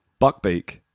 Buckbeak